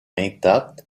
intactes